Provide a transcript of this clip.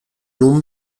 longs